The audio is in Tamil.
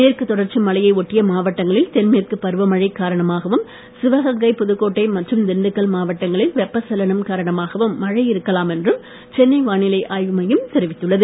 மேற்கு தொடர்ச்சி மலையை ஒட்டிய மாவட்டங்களில் தென்மேற்கு பருவமழை காரணமாகவும் சிவகங்கை புதுக்கோட்டை மற்றும் திண்டுகள் மாவட்டங்களில் வெப்பச்சலனம் காரணமாகவும் மழை இருக்கலாம் என்றும் சென்னை வானிலை ஆய்வு மையத் தெரிவித்துள்ளது